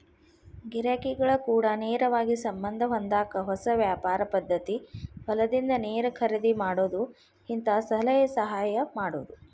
ಗಿರಾಕಿಗಳ ಕೂಡ ನೇರವಾಗಿ ಸಂಬಂದ ಹೊಂದಾಕ ಹೊಸ ವ್ಯಾಪಾರ ಪದ್ದತಿ ಹೊಲದಿಂದ ನೇರ ಖರೇದಿ ಮಾಡುದು ಹಿಂತಾ ಸಲಹೆ ಸಹಾಯ ಮಾಡುದು